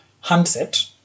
handset